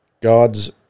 God's